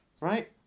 Right